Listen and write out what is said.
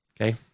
Okay